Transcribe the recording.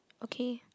okay